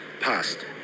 past